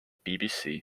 bbc